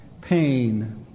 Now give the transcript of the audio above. pain